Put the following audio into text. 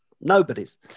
nobody's